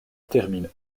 termine